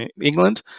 England